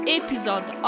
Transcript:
episode